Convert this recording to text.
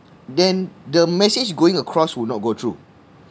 then the message going across would not go through